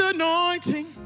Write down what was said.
anointing